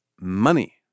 Money